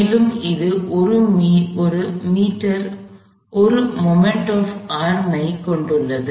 மேலும் அது 1 மீட்டர் ஒரு மொமெண்ட் ஆப் ஆர்மை கொண்டுள்ளது